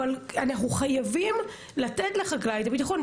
אבל אנחנו חייבים לתת לחקלאי את הביטחון.